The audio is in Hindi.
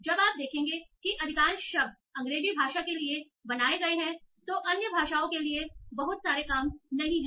जब आप देखेंगे कि अधिकांश शब्द अंग्रेजी भाषा के लिए बनाए गए हैं तो अन्य भाषाओं के लिए बहुत सारे काम नहीं हैं